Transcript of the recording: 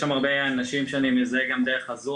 יש שם הרבה אנשים שאני מזהה גם דרך הזום,